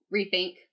rethink